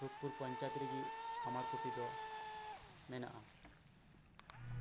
ᱨᱩᱯᱯᱩᱨ ᱯᱚᱧᱪᱟᱭᱮᱛ ᱨᱮᱜᱤ ᱟᱢᱟᱨ ᱠᱩᱴᱤᱨ ᱫᱚ ᱢᱮᱱᱟᱜᱼᱟ